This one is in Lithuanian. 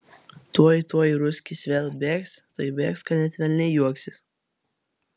tuoj tuoj ruskis vėl bėgs taip bėgs kad net velniai juoksis